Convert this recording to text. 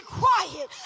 quiet